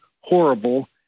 horrible